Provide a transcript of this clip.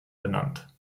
benannt